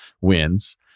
wins